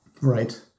Right